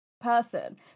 person